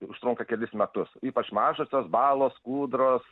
užtrunka kelis metus ypač mažosios balos kūdros